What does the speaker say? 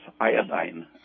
iodine